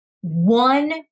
One